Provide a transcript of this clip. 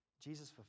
Jesus